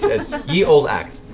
it's ye olde axe.